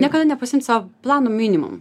niekada nepasiimt sau plano minimum